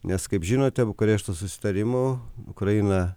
nes kaip žinote bukarešto susitarimu ukraina